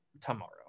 tomorrow